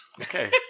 Okay